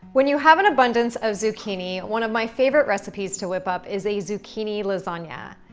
when you have an abundance of zucchini, one of my favorite recipes to whip up is a zucchini lasagna.